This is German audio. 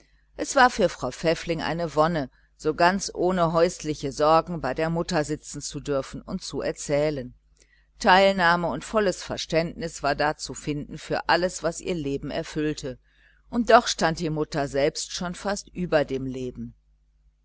es war für frau pfäffling eine wonne so ganz ohne häusliche sorgen bei der mutter sitzen zu dürfen und zu erzählen teilnahme und volles verständnis war da zu finden für alles was ihr leben erfüllte und doch stand die mutter selbst schon fast über dem leben